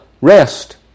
rest